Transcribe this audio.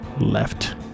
left